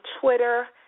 Twitter